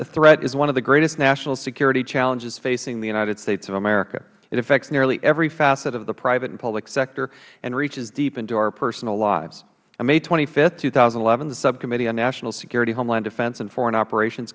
cyber threat is one of the greatest national security challenges facing the united states of america it affects nearly every facet of the private and public sector and reaches deep into our personal lives on may twenty five two thousand and eleven the subcommittee on national security homeland defense and foreign operations